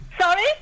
Sorry